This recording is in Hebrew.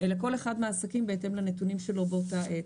כל אחד מהעסקים ביקש בהתאם לנתונים שלו באותו עת.